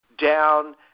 down